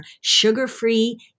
sugar-free